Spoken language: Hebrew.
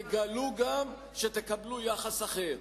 תגלו גם שתקבלו יחס אחר.